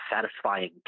satisfying